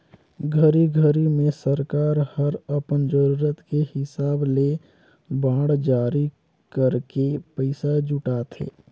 घरी घरी मे सरकार हर अपन जरूरत के हिसाब ले बांड जारी करके पइसा जुटाथे